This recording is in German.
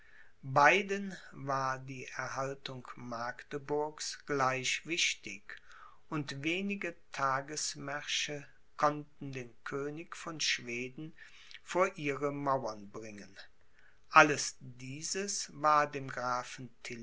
beiden war die erhaltung magdeburgs gleich wichtig und wenige tagemärsche konnten den könig von schweden vor ihre mauern bringen alles dieses war dem grafen